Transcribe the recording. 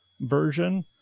version